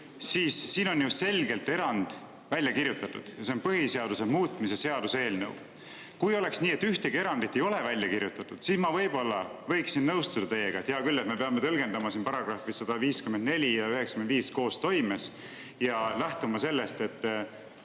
siis siin on ju selgelt erand välja kirjutatud, ja see on põhiseaduse muutmise seaduse eelnõu. Kui oleks nii, et ühtegi erandit ei ole välja kirjutatud, siis ma võib-olla võiksin teiega nõustuda, et hea küll, me peame tõlgendama § 154 ja § 95 koostoimes ja lähtuma sellest, et